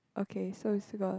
okay so we still got